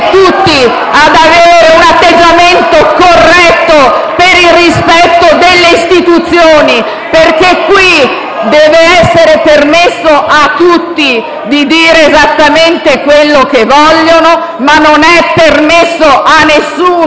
tutti a un atteggiamento corretto, nel rispetto delle istituzioni. In questa sede deve essere permesso a tutti dire esattamente quello che si vuole, ma non è permesso a nessuno